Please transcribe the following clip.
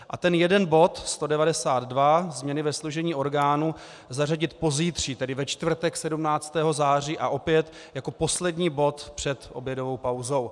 A ten jeden bod, 192 změny ve složení orgánů, zařadit pozítří, tedy ve čtvrtek 17. září, a opět jako poslední bod před obědovou pauzou.